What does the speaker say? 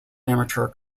amateur